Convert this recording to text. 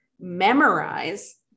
memorize